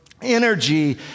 energy